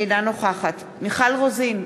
אינה נוכחת מיכל רוזין,